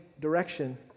direction